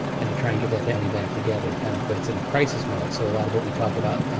and to try and get that family back together. kind of but it's in a crisis mode. so a lot of what we talk about,